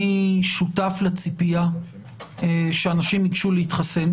אני שותף לציפייה שאנשים ילכו להתחסן.